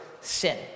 sin